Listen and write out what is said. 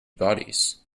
bodies